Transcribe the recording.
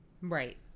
Right